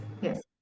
yes